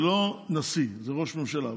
לא נשיא, זה ראש ממשלה.